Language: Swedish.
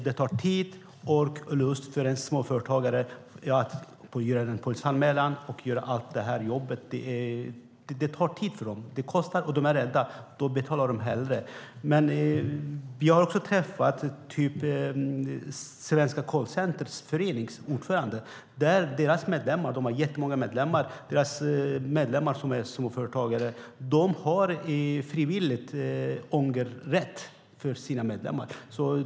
Det tar tid och ork för en småföretagare att göra en polisanmälan och allt jobb med det, och det kostar. De är rädda. Då betalar de hellre. Jag har träffat ordföranden i Sveriges Callcenterförening, som har jättemånga medlemmar. De har frivillig ångerrätt för sina medlemmar.